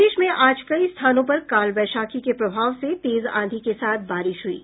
प्रदेश में आज कई स्थानों पर काल वैशाखी के प्रभाव से तेज आंधी के साथ बारिश हुई है